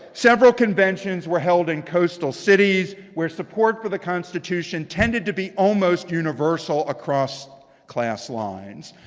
several conventions were held in coastal cities where support for the constitution tended to be almost universal across class lines.